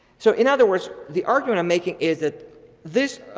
so in other words, the argument i'm making is that this